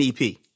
EP